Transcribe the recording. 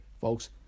folks